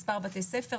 מספר בתי ספר,